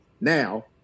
now